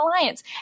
alliance